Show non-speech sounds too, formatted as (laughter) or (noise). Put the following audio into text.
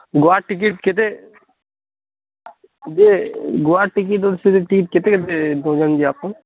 Goa ticket କେତେ ଯେ Goa ticket (unintelligible) କେତେ କେତେ କହୁଛନ୍ ଯେ ଆପଣ